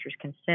consent